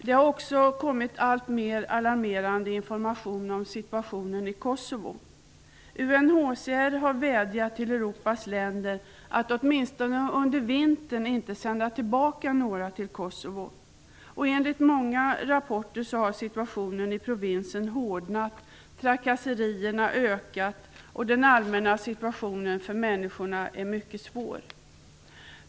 Det har också kommit alltmer alarmerande information om situationen i Kosovo. UNHCR har vädjat till Europas länder att åtminstone under vintern inte sända tillbaka några flyktingar till Kosovo. Enligt många rapporter har situationen i provinsen hårdnat. Trakasserierna har ökat och den allmäna situationen för människorna är mycket svår.